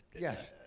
Yes